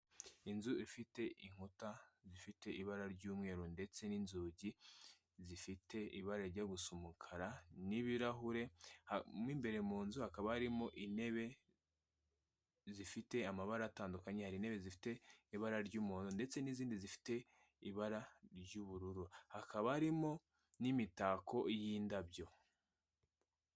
Inzu ifite inkuta zifite ibara ry'umweru ndetse n'inzugi zifite ibara rijya gusa umukara n'ibirahure mo imbere mu nzu hakaba harimo intebe zifite amabara atandukanye. Hari intebe zifite ibara ry'umuhondo ndetse n'izindi zifite ibara ry'ubururu hakaba harimo n'imitako y'indabyo.